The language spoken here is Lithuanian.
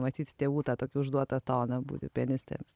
matyt tėvų tad tokį užduotą toną būti pianiste